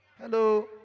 Hello